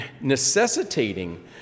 necessitating